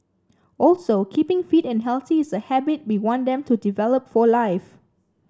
also keeping fit and healthy is a habit we want them to develop for life